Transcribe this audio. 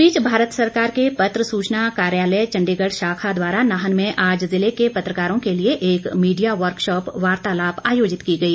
इस बीच भारत सरकार के पत्र सूचना कार्यालय चंडीगढ़ शाखा द्वारा नाहन में आज जिले के पत्रकारों के लिए एक मीडिया वर्कशॉप वार्तालाप आयोजित की गई